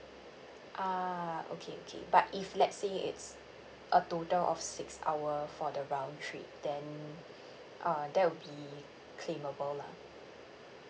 ah okay okay but if let's say it's a total of six hour for the round trip then uh that will be claimable lah